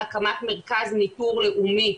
על הקמת מרכז ניטור לאומי